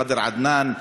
ח'דר עדנאן,